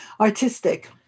artistic